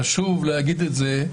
חשוב להגיד את זה,